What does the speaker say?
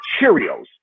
Cheerios